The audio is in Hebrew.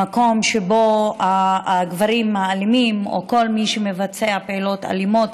למקום שבו הגברים האלימים או כל מי שמבצע פעולות אלימות